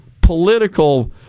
political